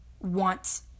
want